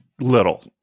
little